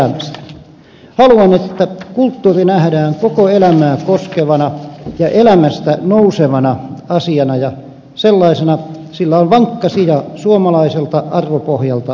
haluan että kulttuuri nähdään koko elämää koskevana ja elämästä nousevana asiana ja sellaisena sillä on vankka sija suomalaiselta arvopohjalta nousevana